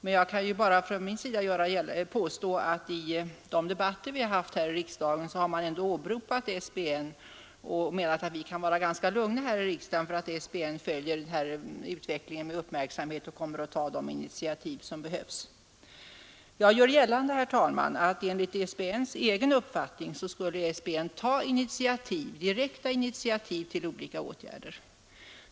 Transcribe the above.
Men jag kan bara från min sida påstå att i de debatter vi haft här har man ändå åberopat SBN och menat att vi kan vara ganska lugna i riksdagen för att SBN följer utvecklingen med uppmärksamhet och kommer att ta de initiativ som behövs. Jag gör gällande, herr talman, att enligt SBN:s egen uppfattning skulle SBN ta direkta initiativ till olika åtgärder.